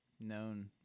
known